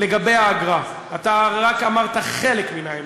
לגבי האגרה, אתה רק אמרת חלק מהאמת.